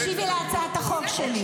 אבל תקשיבי להצעת החוק שלי.